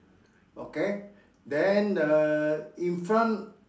okay then the in front